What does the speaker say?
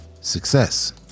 success